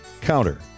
counter